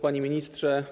Panie Ministrze!